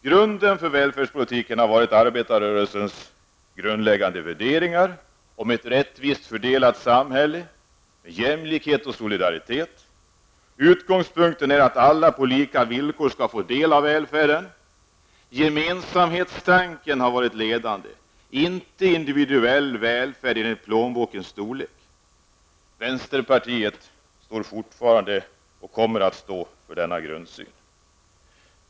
Grunden för välfärdspolitiken har varit arbetarrörelsens grundläggande värderingar om ett rättvist fördelat samhälle med jämlikhet och solidaritet. Utgångspunkten är att alla på lika villkor skall få del av välfärden. Gemensamhetstanken har varit ledande, inte individuell välfärd enligt plånbokens storlek. Vänsterpartiet står fortfarande, och kommer att så göra, för denna grundsyn.